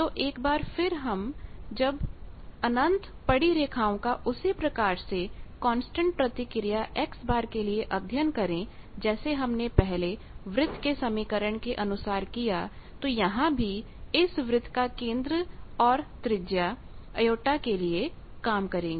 तो एक बार फिर जब हम अनंत पड़ी रेखाओं का उसी प्रकार से कांस्टेंट प्रतिक्रिया X के लिए अध्ययन करें जैसे हमने पहले वृत्त के समीकरण के अनुसार किया तो यहां भी इस वृत्त का केंद्र और त्रिज्या j के लिए काम करेगी